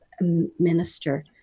minister